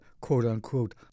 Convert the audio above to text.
quote-unquote